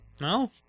No